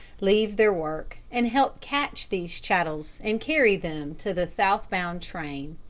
leave their work, and help catch these chattels and carry them to the south-bound train.